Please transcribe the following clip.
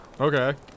Okay